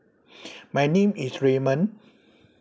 my name is raymond